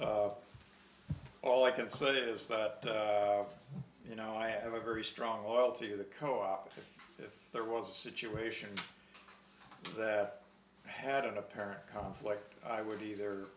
so all i can say it is that you know i have a very strong loyalty to the co op and if there was a situation that had an apparent conflict i would either